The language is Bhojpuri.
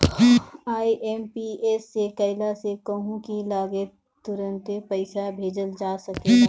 आई.एम.पी.एस से कइला से कहू की लगे तुरंते पईसा भेजल जा सकेला